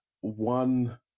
one